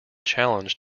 challenge